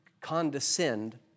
condescend